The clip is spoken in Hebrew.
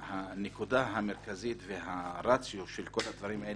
הנקודה המרכזית והרציו של כל הדברים האלה